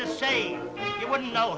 to say you wouldn't know